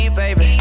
baby